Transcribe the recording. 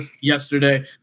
yesterday